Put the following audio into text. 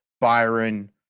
byron